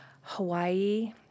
Hawaii